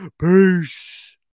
peace